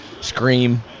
scream